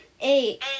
Eight